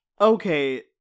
okay